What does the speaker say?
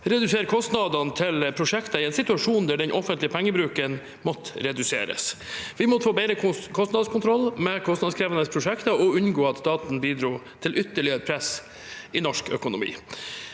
redusere kostnadene til prosjekter i en situasjon der den offentlige pengebruken måtte reduseres. Vi måtte få bedre kostnadskontroll med kostnadskrevende prosjekter og unngå at staten bidro til ytterligere press i norsk økonomi.